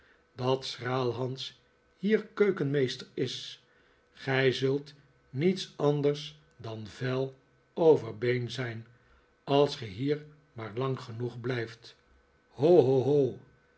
dat schraalhans hier keukenmeester is gij zult niets anders dan vel over been zijn als ge hier maar lang genoeg blijft ho ho